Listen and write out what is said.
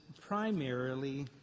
primarily